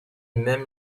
même